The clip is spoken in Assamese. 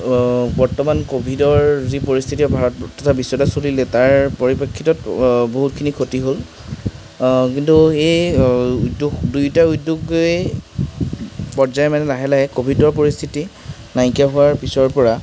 বৰ্তমান কভিডৰ যি পৰিস্থিতি ভাৰত তথা বিশ্বতে চলিলে তাৰ পৰিপ্ৰেক্ষিতত বহুতখিনি ক্ষতি হ'ল কিন্তু এই উদ্যোগ দুয়োটা উদ্যোগেই পৰ্য্য়ায়ক্ৰমে লাহে লাহে কভিডৰ পৰিস্থিতি নাইকিয়া হোৱাৰ পিছৰপৰা